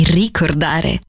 ricordare